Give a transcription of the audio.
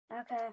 Okay